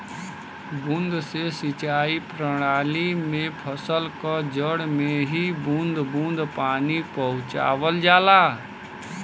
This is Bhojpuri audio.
बूंद से सिंचाई प्रणाली में फसल क जड़ में ही बूंद बूंद पानी पहुंचावल जाला